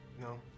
no